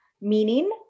Meaning